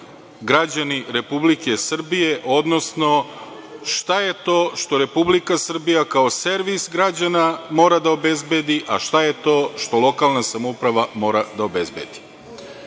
građani Republike Srbije, odnosno šta je to što Republika Srbija kao servis građana mora da obezbedi, a što je to što lokalna samouprava mora da obezbedi. Dobro